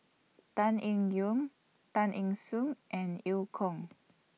Tan Eng Yoon Tay Eng Soon and EU Kong